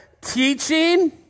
teaching